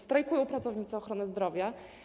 Strajkują pracownicy ochrony zdrowia.